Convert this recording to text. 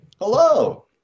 Hello